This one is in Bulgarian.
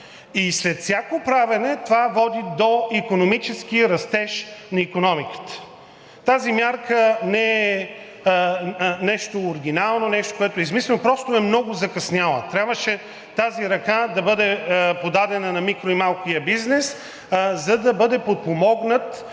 и след всяко правене това води до растеж на икономиката. Тази мярка не е нещо оригинално, нещо, което е измислено, просто е много закъсняла. Трябваше тази ръка да бъде подадена на микро- и малкия бизнес, за да бъде подпомогнат